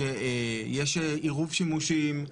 איך תדאגו לכך שיהיה עירוב שימושים,